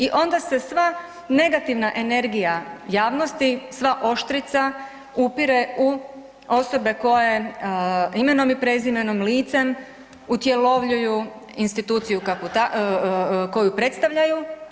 I onda se sva negativna energija javnosti, sva oštrica upire u osobe koje imenom i prezimenom, licem utjelovljuju instituciju koju predstavljaju.